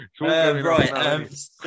Right